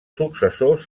successors